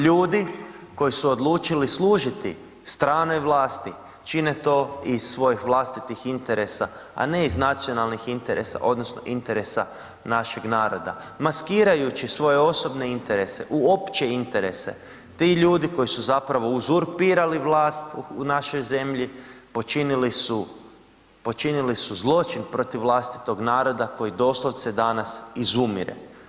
Ljudi koji su odlučili služiti stranoj vlasti, čine to iz svojih vlastitih interesa a ne iz nacionalnih interesa odnosno interesa našeg naroda, maskirajući svoje osobne interese u opće interese ti ljudi koji su zapravo uzurpirali vlast u našoj zemlji počinili su zločin protiv vlastitog naroda koji doslovce danas izumire.